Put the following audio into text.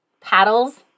paddles